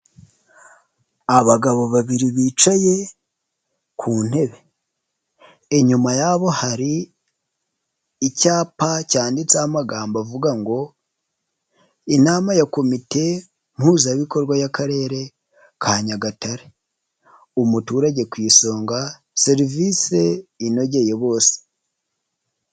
Abagabo babiri bicaye ku ntebe, inyuma ya hari icyapa cyanditseho amagambo avuga ngo inama ya komite mpuzabikorwa y'akarere ka Nyagatare umuturage ku isonga serivisi inogeye bose.